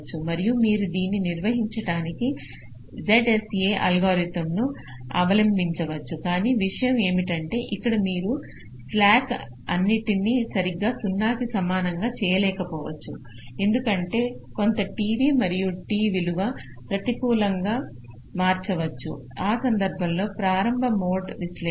మరియు మీరు దీన్ని నిర్వహించడానికి ZSA అల్గోరిథం ను అవలంబించవచ్చు కాని విషయం ఏమిటంటే ఇక్కడ మీరు స్లాక్ లన్నింటినీ సరిగ్గా 0 కి సమానంగా చేయలేకపోవచ్చు ఎందుకంటే కొంత t v మరియు t విలువ ప్రతికూలంగా మారవచ్చు ఆ సందర్భంలో ప్రారంభ మోడ్ విశ్లేషణ